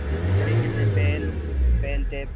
اسی طریقے سے پین پین ٹیپ